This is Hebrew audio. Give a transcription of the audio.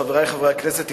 חברי חברי הכנסת,